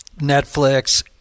netflix